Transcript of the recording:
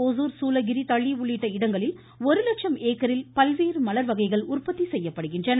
ஒசூர் சூளகிரி தளி உள்ளிட்ட இடங்களில் ஒரு லட்சம் ஏக்கரில் பல்வேறு மலர் வகைகள் உற்பத்தி செய்யப்படுகின்றன